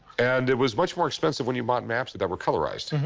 and it was much more expensive when you bought maps that that were colorized.